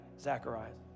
Zacharias